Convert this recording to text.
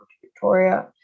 victoria